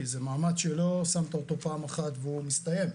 כי זה מאמץ שלא שמת אותו פעם אחת והוא מסתיים.